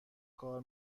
کار